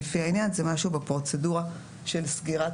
לפי העניין:" זה משהו בפרוצדורה של סגירת